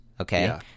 Okay